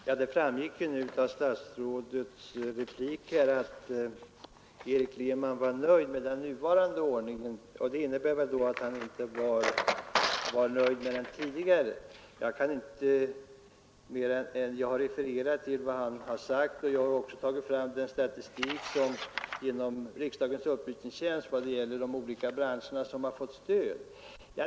Herr talman! Det framgick av statsrådets replik att Erik Lehman var nöjd med den nuvarande ordningen, och det innebär väl att han inte var nöjd med den tidigare ordningen. Jag har refererat till vad Erik Lehman sagt och jag har också redovisat statistik som jag fått från riksdagens upplysningstjänst när det gäller de olika branscher som har fått stöd.